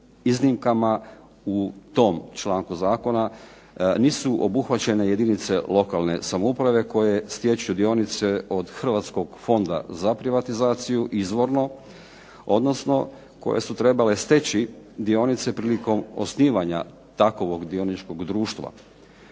Iznimkama u tom članku zakona nisu obuhvaćene jedinice lokalne samouprave koje stječu dionice od Hrvatskog fonda za privatizaciju izvorno, odnosno koje su trebale steći dionice prilikom osnivanja takvog dioničkog društva.